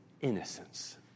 innocence